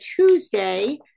Tuesday